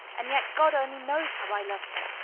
and yet, god only knows how i loved him.